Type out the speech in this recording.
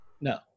No